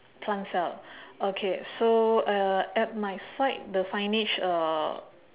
plant cell okay so uh at my side the signage uh